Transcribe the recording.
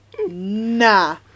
nah